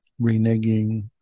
reneging